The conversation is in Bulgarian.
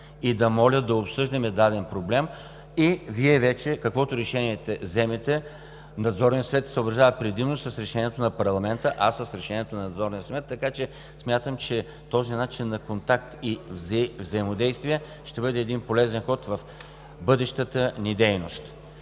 и да моля да обсъждаме даден проблем. Вие вече, каквото решение вземете – Надзорният съвет ще се съобразява предимно с решението на парламента, а аз – с решението на Надзорния съвет. Смятам, че този начин на контакт и взаимодействие ще бъде полезен ход в бъдещата ни дейност.